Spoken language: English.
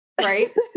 Right